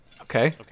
okay